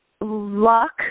Luck